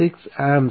4076 A